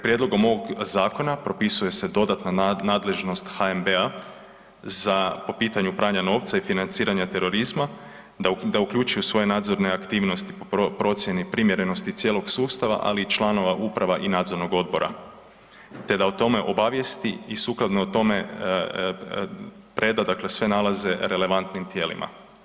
Prijedlogom ovog zakona propisuje se dodatna nadležnost HNB-a za po pitanju pranja novca i financiranje terorizma da uključi u svoju nadzornu aktivnost procjenu primjerenosti cijelog sustava ali i članova uprava i nadzornog odbora te da o tome obavijesti i sukladno o tome preda dakle sve nalaze relevantnim tijelima.